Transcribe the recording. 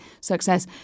success